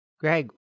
Greg